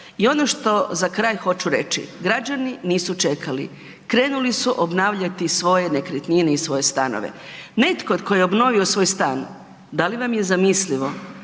I ono što za kraj hoću reći, građani nisu čekali krenuli su obnavljati svoje nekretnine i svoje stanove. Netko tko je obnovio svoj stan, da li vam je zamislivo